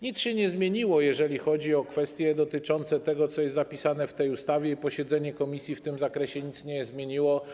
Nic się nie zmieniło, jeśli chodzi o kwestie dotyczące tego, co jest zapisane w tej ustawie, i posiedzenie komisji w tym zakresie nic nie zmieniło.